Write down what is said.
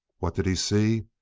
what did he see?